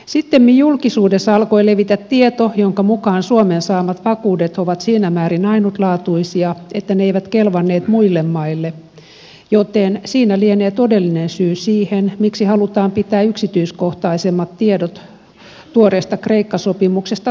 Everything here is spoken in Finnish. sittemmin julkisuudessa alkoi levitä tieto jonka mukaan suomen saamat vakuudet ovat siinä määrin ainutlaatuisia että ne eivät kelvanneet muille maille joten siinä lienee todellinen syy siihen miksi halutaan pitää yksityiskohtaisemmat tiedot tuoreesta kreikka sopimuksesta salaisina